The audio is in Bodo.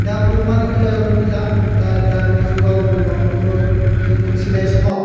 दा बोरमानि बेलायावनो जा दानि जुगाव बोरमाफोरखौ जों फिसिनाय समाव